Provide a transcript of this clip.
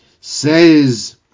Says